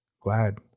glad